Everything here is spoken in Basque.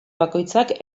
bakoitzak